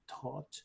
taught